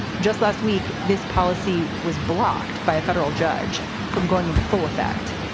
just last week, this policy was blocked by a federal judge from going into full effect,